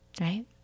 right